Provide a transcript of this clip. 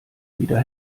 wieder